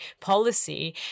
policy